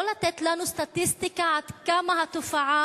לא לתת לנו סטטיסטיקה עד כמה התופעה